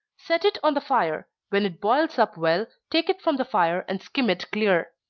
set it on the fire when it boils up well, take it from the fire, and skim it clear.